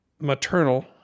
maternal